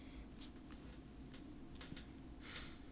ya lah neutral lah 什么都可以 lah